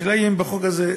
השאלה היא אם בחוק הזה,